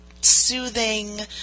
soothing